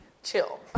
chill